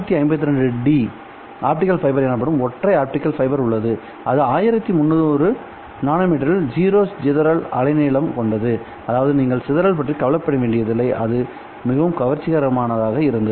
652டி optical fibre எனப்படும் ஒற்றை optical fibre உள்ளதுஅது 1300 நானோமீட்டரில் 0 சிதறல் அலைநீளம் கொண்டது அதாவது நீங்கள் சிதறல் பற்றி கவலைப்பட வேண்டியதில்லை மற்றும் அது மிகவும் கவர்ச்சிகரமானதாக இருந்தது